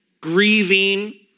grieving